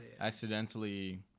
accidentally